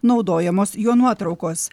naudojamos jo nuotraukos